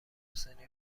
حسینی